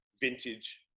vintage